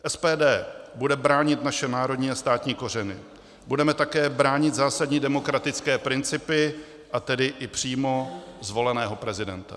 SPD bude bránit naše národní a státní kořeny, budeme také bránit zásadní demokratické principy, a tedy i přímo zvoleného prezidenta.